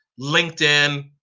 LinkedIn